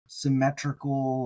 symmetrical